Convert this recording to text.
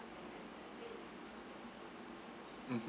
mmhmm